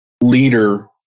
leader